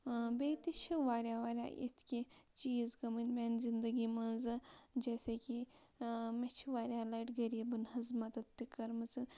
بیٚیہِ تہِ چھِ واریاہ واریاہ اِتھۍ کیٚنٛہہ چیٖز گٔمٕتۍ میانہِ زِندگی منٛز جیسے کہِ مےٚ چھِ واریاہ لَٹہِ غریٖبَن ہٕنٛز مدد تہِ کٔرمٕژ